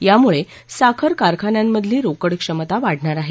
यामुळे साखर कारखान्यांमधली रोकड क्षमता वाढणार आहे